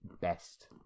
best